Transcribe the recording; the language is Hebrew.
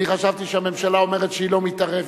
אני חשבתי שהממשלה אומרת שהיא לא מתערבת.